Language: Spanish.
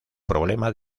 problema